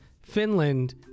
Finland